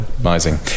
Amazing